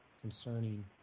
concerning